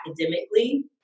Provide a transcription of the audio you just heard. academically